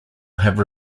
have